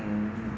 mm